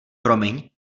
promiň